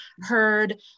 heard